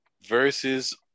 Versus